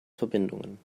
verbindungen